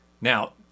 Now